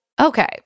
Okay